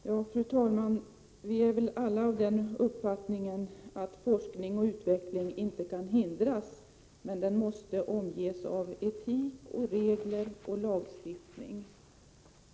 Fru talman! Vi är väl alla av den uppfattningen att forskning och utveckling inte kan hindras men måste omges av etik, regler och lagstiftning.